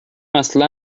اصلا